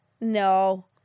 No